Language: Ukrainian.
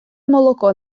молоко